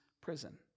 prison